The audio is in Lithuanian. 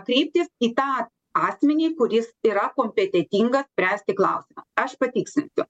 kreiptis į tą asmenį kuris yra kompetentingas spręsti klausimą aš patikslinsiu